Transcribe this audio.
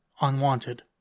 unwanted